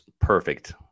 perfect